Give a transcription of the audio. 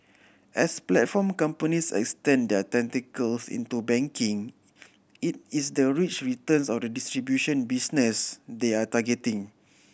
as platform companies extend their tentacles into banking it is the rich returns of the distribution business they are targeting